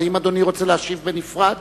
האם אדוני רוצה להשיב בנפרד?